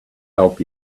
help